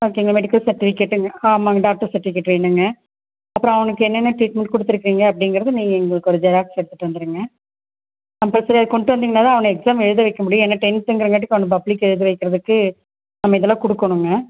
ஓகேங்க மெடிக்கல் செர்ட்டிபிக்கேர்ட்ங்க ஆமாம்ங்க டாக்டர் செர்ட்டிபிக்கேர்ட்டு வேணுங்க அப்புறோம் அவனுக்கு என்னென்ன டிரீட்மென்ட் கொடுத்துருக்கீங்க அப்படிங்குறது நீங்கள் எங்களுக்கு ஒரு ஜெராக்ஸ் எடுத்துகிட்டு வந்துருங்க கம்பல்சரி அதை கொண்ட்டு வந்திங்கனா தான் அவனை எக்ஸாம் எழுத வைக்க முடியும் ஏன்னா டென்த்ங்குறகாட்டியும் அவனை பப்ளிக் எழுதவைக்கிறதுக்கு நம் இதெல்லான் கொடுக்கணுங்க